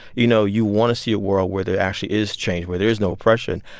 you know, you want to see a world where there actually is change, where there is no oppression.